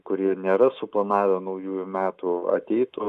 kurie nėra suplanavę naujųjų metų ateitų